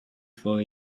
for